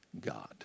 God